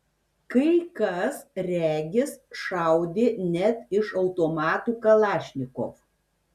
kai kas regis šaudė net iš automatų kalašnikov